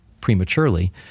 prematurely